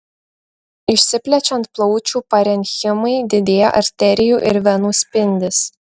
išsiplečiant plaučių parenchimai didėja arterijų ir venų spindis